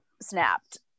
snapped